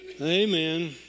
Amen